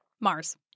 Mars